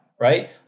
right